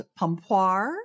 pompoir